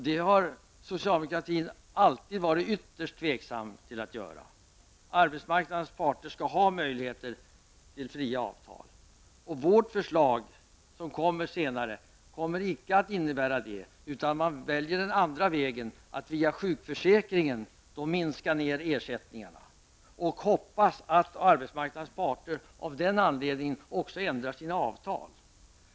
Det har socialdemokraterna alltid varit ytterst tveksamma till att göra. Arbetsmarknadens parter skall ha möjligheter till fria avtal. Vårt förslag som kommer att läggas fram senare kommer icke att innebära detta. Vi vill gå den andra vägen, nämligen att via sjukförsäkringen minska ersättningarna och hoppas att arbetsmarknadens parter av den anledningen också ändrar sina avtal.